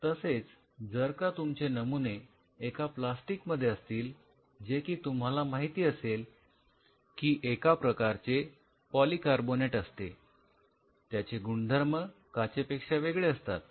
तसेच जर का तुमचे नमुने एका प्लास्टिक मध्ये असतील जे की तुम्हाला माहिती असेल की एका प्रकारचे पॉलीकार्बोनेट असते त्याचे गुणधर्म काचे पेक्षा वेगळे असतात